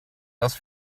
dass